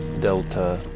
Delta